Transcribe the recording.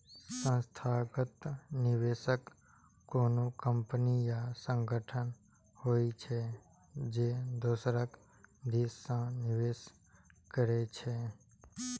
संस्थागत निवेशक कोनो कंपनी या संगठन होइ छै, जे दोसरक दिस सं निवेश करै छै